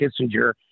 Kissinger